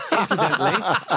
Incidentally